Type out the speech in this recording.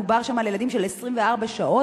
דובר שם על ילדים ש-24 שעות